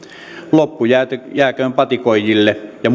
loppu jääköön jääköön patikoijille ja